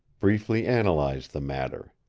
briefly analyze the matter.